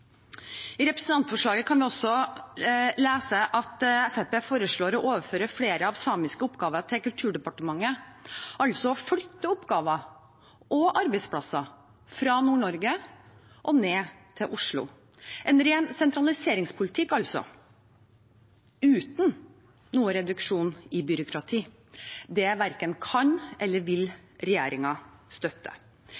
I representantforslaget kan vi også lese at Fremskrittspartiet foreslår å overføre flere av Sametingets oppgaver til Kulturdepartementet, altså å flytte oppgaver og arbeidsplasser fra Nord-Norge til Oslo – en ren sentraliseringspolitikk uten reduksjon i byråkrati. Det verken kan eller vil